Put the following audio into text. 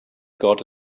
got